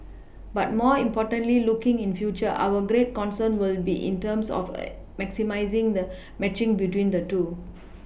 but more importantly looking in future our greater concern will be in terms of maximising the matching between the two